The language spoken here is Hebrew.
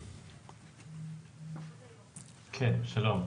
כן, שלום.